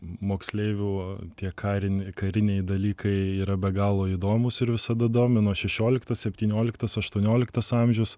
moksleivių tie kariniai kariniai dalykai yra be galo įdomūs ir visada domino šešioliktas septynioliktas aštuonioliktas amžius